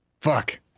fuck